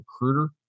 recruiter